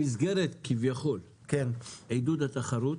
אז תשמע, במסגרת כביכול עידוד התחרות